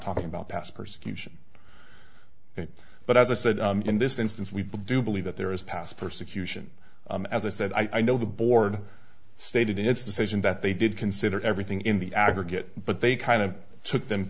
talking about past persecution but as i said in this instance we do believe that there is past persecution as i said i know the board stated in its decision that they did consider everything in the aggregate but they kind of took them